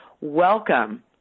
welcome